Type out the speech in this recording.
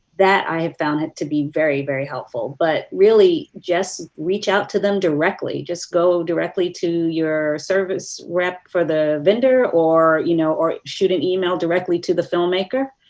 that i have found to be very, very helpful. but really just reach out to them directly, just go directly to your service rep for the vendor or you know or shoot an email directly to the film maker,